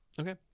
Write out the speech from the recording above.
Okay